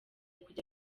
kujya